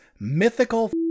mythical